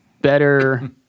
better